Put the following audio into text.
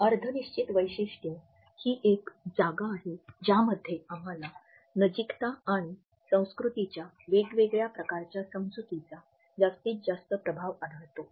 अर्ध निश्चित वैशिष्ट्य ही एक जागा आहे ज्यामध्ये आम्हाला नजीकता आणि संस्कृतीच्या वेगवेगळ्या प्रकारच्या समजुतीचा जास्तीत जास्त प्रभाव आढळतो